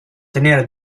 tenere